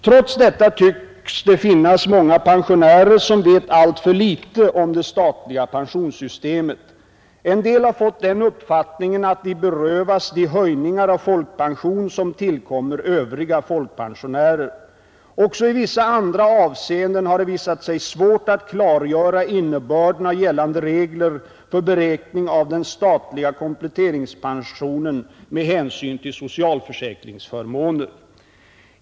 Trots detta tycks det finnas många pensionärer som vet alltför litet om det statliga pensionssystemet. En del har fått den uppfattningen att de berövas de höjningar av folkpensionen som tillkommer övriga folkpensionärer. Också i vissa andra avseenden har det visat sig svårt att klargöra innebörden av gällande regler för beräkning av den statliga kompletteringspensionen med hänsyn till socialförsäkringsförmåner.